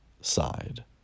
side